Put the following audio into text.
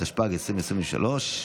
התשפ"ג 2023,